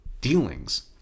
dealings